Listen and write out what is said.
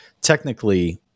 technically